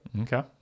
Okay